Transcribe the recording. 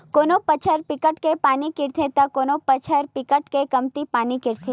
कोनो बछर बिकट के पानी गिरथे त कोनो बछर बिकट कमती पानी गिरथे